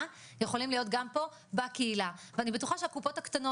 יכולים להיות גם פה בקהילה ואני בטוחה שהקופות הקטנות